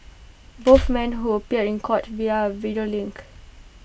both men who appeared in court via A video link